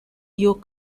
york